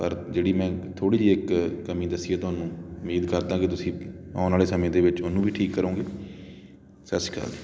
ਪਰ ਜਿਹੜੀ ਮੈਂ ਥੋੜ੍ਹੀ ਜਿਹੀ ਇੱਕ ਕਮੀ ਦੱਸੀ ਆ ਤੁਹਾਨੂੰ ਉਮੀਦ ਕਰਦਾਂ ਕਿ ਤੁਸੀਂ ਆਉਣ ਵਾਲੇ ਸਮੇਂ ਦੇ ਵਿੱਚ ਉਹਨੂੰ ਵੀ ਠੀਕ ਕਰੋਗੇ ਸਤਿ ਸ਼੍ਰੀ ਅਕਾਲ